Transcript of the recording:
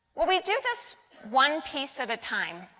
we do this one piece at a time.